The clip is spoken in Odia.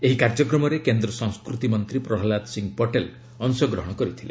ଏହି କାର୍ଯ୍ୟକ୍ରମରେ କେନ୍ଦ୍ର ସଂସ୍କୃତି ମନ୍ତ୍ରୀ ପ୍ରହ୍ଲାଦ ସିଂ ପଟେଲ ଅଂଶ ଗ୍ରହଣ କରିଥିଲେ